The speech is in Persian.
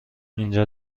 اینجا